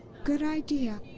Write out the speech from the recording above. good idea.